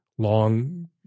Long